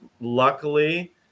Luckily